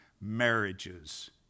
marriages